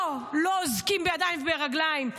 לא, לא אוזקים בידיים וברגליים.